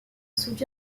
sous